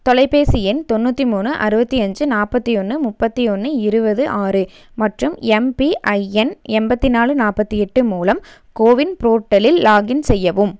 தொலைபேசி எண் தொண்ணுாற்றி மூணு அறுபத்து அஞ்சு நாற்பத்தி ஒன்று முப்பத்து ஒன்று இருபது ஆறு மற்றும் எம்பிஐஎன் எண்பத்தி நாலு நாற்பத்தி எட்டு மூலம் கோவின் போர்ட்டலில் லாக்இன் செய்யவும்